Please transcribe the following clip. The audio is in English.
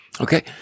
Okay